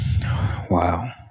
Wow